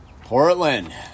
Portland